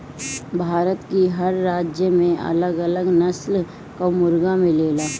भारत के हर राज्य में अलग अलग नस्ल कअ मुर्गा मिलेलन